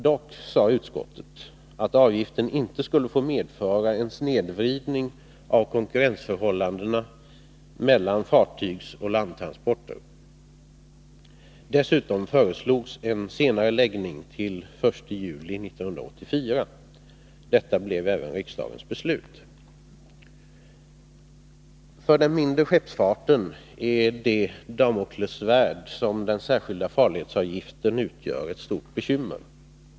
Dock sade utskottet att avgiften inte skulle få medföra en snedvridning av konkurrensförhållandena mellan fartygsoch landtransporter. Dessutom föreslogs en senareläggning av ikraftträdandet till den 1 juli 1984. Detta blev även riksdagens beslut. För den mindre skeppsfarten är det Damoklessvärd som den särskilda farledsavgiften utgör ett stort bekymmer.